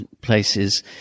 places